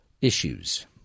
issues